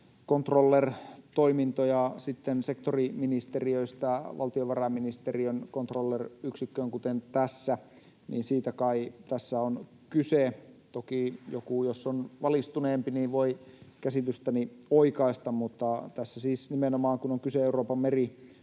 controller-toimintoja sektoriministeriöistä valtiovarainministeriön controller-yksikköön, kuten tässä. Siitä kai tässä on kyse. Toki jos joku on valistuneempi, niin voi käsitystäni oikaista. Mutta tässä siis nimenomaan, kun on kyse Euroopan meri-,